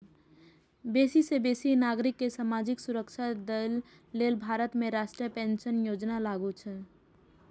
बेसी सं बेसी नागरिक कें सामाजिक सुरक्षा दए लेल भारत में राष्ट्रीय पेंशन योजना लागू छै